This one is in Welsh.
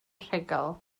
rhugl